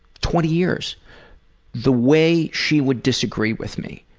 twenty years the way she would disagree with me.